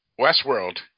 westworld